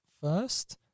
first